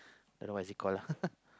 don't know what is it call ah